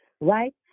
right